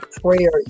prayer